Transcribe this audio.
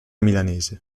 milanese